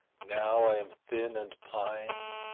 now i am thin and pine,